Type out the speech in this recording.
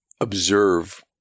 observe